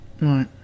right